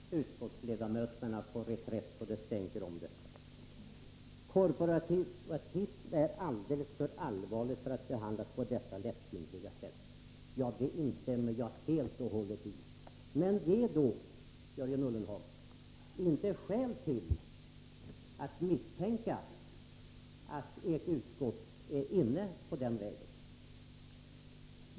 Herr talman! Nu är utskottsledamöterna på reträtt så det stänker om det! Korporativism är alldeles för allvarlig för att behandlas på detta lättvindiga sätt, sade Jörgen Ullenhag. Ja, det instämmer jag helt och hållet i. Men ge då, Jörgen Ullenhag, inte skäl till att misstänka att ert utskott är inne på den vägen!